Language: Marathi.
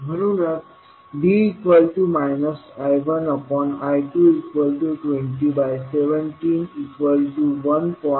म्हणूनच D I1I220171